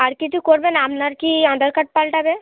আর কিছু করবেন আপনার কি আধার কার্ড পালটাবে